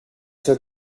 zodat